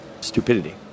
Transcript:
Stupidity